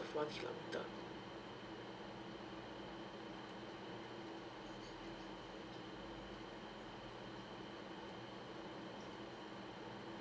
of one kilometer